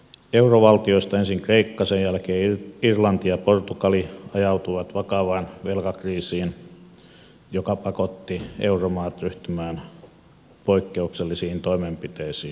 eurovaltioista ensin kreikka sen jälkeen irlanti ja portugali ajautuivat vakavaan velkakriisiin joka pakotti euromaat ryhtymään poikkeuksellisiin toimenpiteisiin